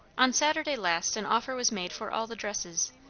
on saturday last an offer was made for all the dresses.